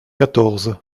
quatorze